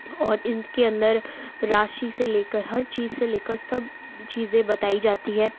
और इनके अंदर राशि से लेकर हर चीज़ से लेकर सब चीज़ें बताई जाती हैं